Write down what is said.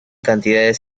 cantidades